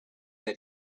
then